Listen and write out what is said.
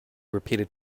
repeated